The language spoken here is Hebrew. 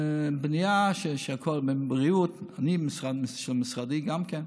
לבנייה שהכול, גם בבריאות, של משרדי, גם כן.